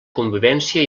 convivència